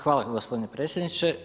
Hvala gospodine predsjedniče.